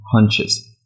hunches